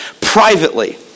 privately